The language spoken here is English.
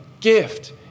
gift